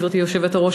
גברתי היושבת-ראש,